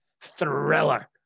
thriller